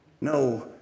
No